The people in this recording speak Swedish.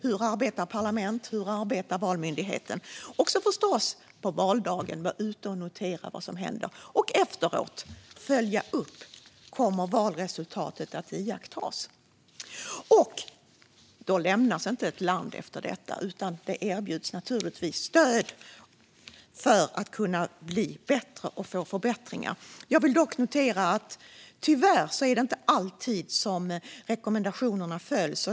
Hur arbetar parlament och valmyndighet? På valdagen handlar det förstås om att vara ute och notera vad som händer. Och efteråt gäller det att följa upp. Kommer valresultatet att iakttas? Efter detta lämnas inte ett land utan erbjuds naturligtvis stöd för att kunna bli bättre. Jag noterar dock att rekommendationerna tyvärr inte alltid följs.